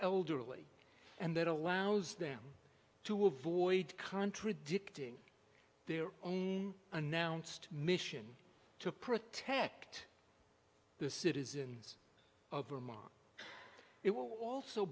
elderly and that allows them to avoid contradicting their own announced mission to protect the citizens of vermont it will also